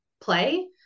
play